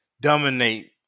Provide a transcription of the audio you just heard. dominate